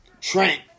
Trent